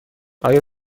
آیا